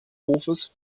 hofes